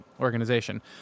organization